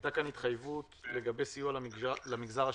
הייתה התחייבות לגבי סיוע למגזר השלישי,